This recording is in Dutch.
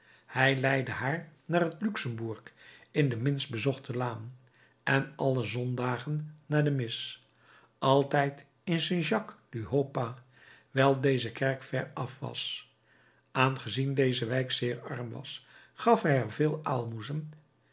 hij leidde haar naar het luxembourg in de minst bezochte laan en alle zondagen naar de mis altijd in st jacques du haut pas wijl deze kerk ver af was aangezien deze wijk zeer arm is gaf hij er veel aalmoezen